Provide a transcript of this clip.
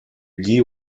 lee